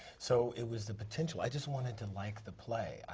so, it was the potential. i just wanted to like the play. i,